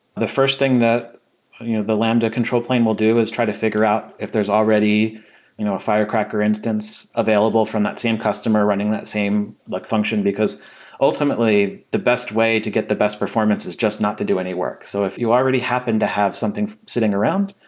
the first thing that you know the lambda control plane will do is try to figure out if there's already you know a firecracker instance available from that same customer running that same like function, because ultimately the best way to get the best performance is just not to do any work. so if you already happen to have something sitting around,